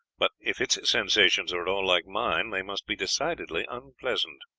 but if its sensations are at all like mine they must be decidedly unpleasant.